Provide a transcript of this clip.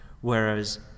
Whereas